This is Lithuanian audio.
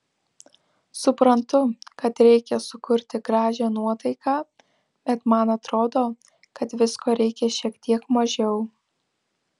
suprantu kad reikia sukurti gražią nuotaiką bet man atrodo kad visko reikia šiek tiek mažiau